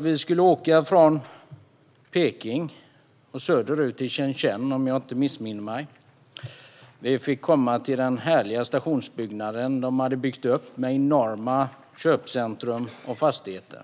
Vi skulle åka från Peking och söderut till Shenzhen, om jag inte missminner mig. Vi fick komma till den härliga stationsbyggnaden som de hade byggt upp, med enorma köpcentrum och fastigheter.